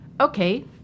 Okay